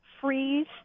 freeze